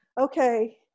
Okay